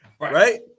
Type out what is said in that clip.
Right